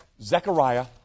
Zechariah